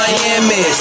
Miami